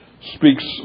speaks